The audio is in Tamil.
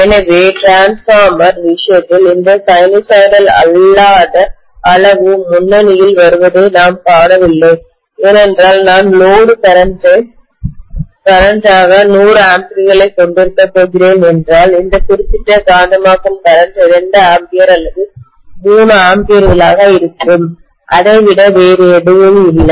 எனவே ஒரு ட்ரான்ஸ்ஃபார்மர் விஷயத்தில் இந்த சைனூசாய்டல் அல்லாத அளவு முன்னணியில் வருவதை நாம் காணவில்லை ஏனென்றால் நான் லோடு கரண்ட் ஆக 100 ஆம்பியர்களைக் கொண்டிருக்கப் போகிறேன் என்றால் இந்த குறிப்பிட்ட காந்தமாக்கும் கரண்ட் 2 ஆம்பியர் அல்லது 3 ஆம்பியர்களாக இருக்கலாம் அதை விட வேறு எதுவும் இல்லை